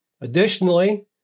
Additionally